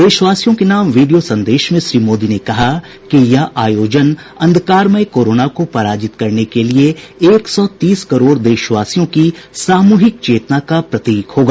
देशवासियों के नाम वीडियो संदेश में श्री मोदी ने कहा कि यह आयोजन अंधकारमय कोरोना को पराजित करने के लिये एक सौ तीस करोड़ देशवासियों की सामूहिक चेतना का प्रतीक होगा